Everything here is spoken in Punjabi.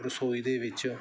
ਰਸੋਈ ਦੇ ਵਿੱਚ